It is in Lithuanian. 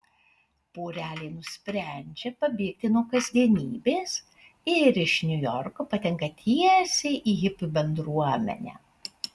porelė nusprendžia pabėgti nuo kasdienybės ir iš niujorko patenka tiesiai į hipių bendruomenę